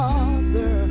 Father